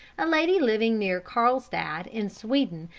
a lady living near carlstad, in sweden,